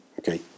Okay